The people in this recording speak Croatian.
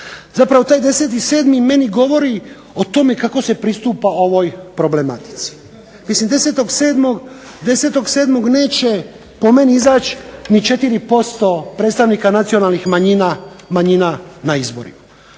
Zapravo taj 10.7. meni govori o tome kako se pristupa ovoj problematici. Mislim 10.7. neće po meni izaći ni 4% predstavnika nacionalnih manjina na izborima.